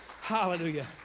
Hallelujah